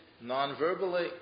non-verbally